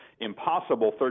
impossible